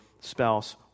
spouse